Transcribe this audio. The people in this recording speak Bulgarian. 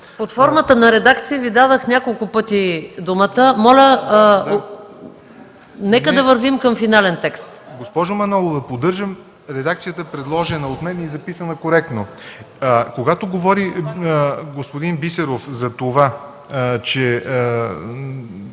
Под формата на редакции Ви дадох няколко пъти думата. Моля, нека да вървим към финален текст. ЯВОР НОТЕВ: Госпожо Манолова, поддържам редакцията, предложена от мен и записана коректно. Когато господин Бисеров говори, че